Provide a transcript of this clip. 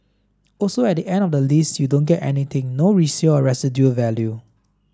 also at the end of the lease you don't get anything no resale or residual value